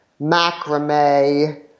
macrame